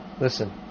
Listen